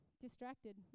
distracted